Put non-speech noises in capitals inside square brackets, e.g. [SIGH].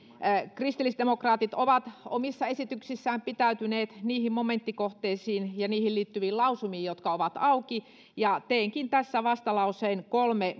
kristillisdemokraatit ovat omissa esityksissään pitäytyneet niissä momenttikohteissa ja niihin liittyvissä lausumissa jotka ovat auki ja teenkin tässä vastalauseen kolme [UNINTELLIGIBLE]